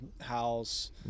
house